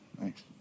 Thanks